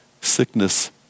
Sickness